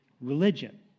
religion